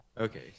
Okay